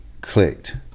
clicked